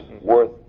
worth